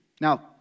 Now